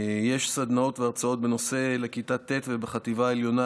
יש סדנאות והרצאות בנושא לכיתה ט' ולחטיבה עליונה,